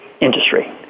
industry